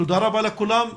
תודה רבה לכולם.